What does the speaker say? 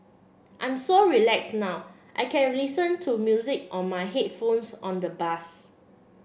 I'm so relax now I can listen to music on my headphones on the bus